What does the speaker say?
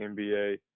NBA